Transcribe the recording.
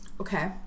Okay